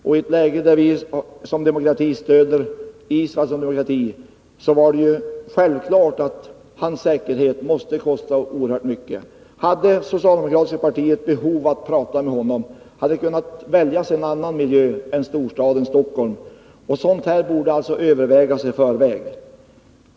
Och i ett läge, där vi som demokrati stöder Israel som demokrati var det självklart att arrangemangen för hans säkerhet måste kosta oerhört mycket. Hade företrädare för det socialdemokratiska partiet behov av att tala med honom, skulle man ha kunnat välja en annan plats än storstaden Stockholm. Sådant här borde alltså övervägas i förväg.